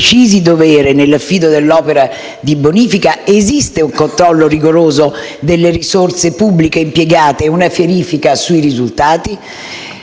precisi doveri nell'affido dell'opera di bonifica? Esiste un controllo rigoroso delle risorse pubbliche impiegate e una verifica sui risultati?